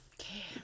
Okay